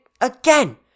again